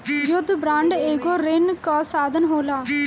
युद्ध बांड एगो ऋण कअ साधन होला